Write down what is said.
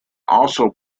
also